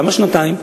למה שנתיים?